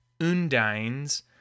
undines